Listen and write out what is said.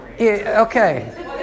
okay